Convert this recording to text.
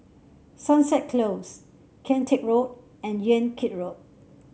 Sunset Close Kian Teck Road and Yan Kit Road